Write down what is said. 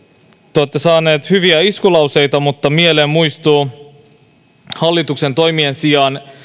te olette saaneet hyviä iskulauseita mutta mieleen muistuvat hallituksen toimien sijaan